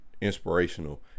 inspirational